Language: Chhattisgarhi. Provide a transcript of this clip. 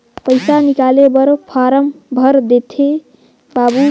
पइसा निकाले बर फारम भर देते बाबु?